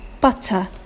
butter